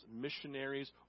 missionaries